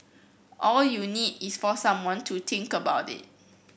all you need is for someone to think about it